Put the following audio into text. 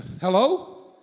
Hello